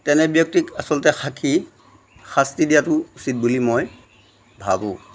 তেনে ব্যক্তিক আচলতে সাক্ষী শাস্তি দিয়াটো উচিত বুলি মই ভাবো